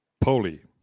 Poli